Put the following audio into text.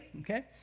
okay